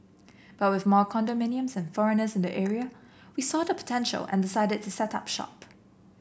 but with more condominiums and foreigners in the area we saw the potential and decided to set up shop